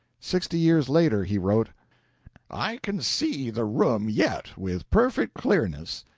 sixty years later he wrote i can see the room yet with perfect clearness.